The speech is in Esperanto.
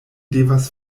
devas